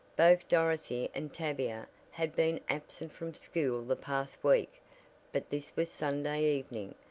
both dorothy and tavia had been absent from school the past week but this was sunday evening,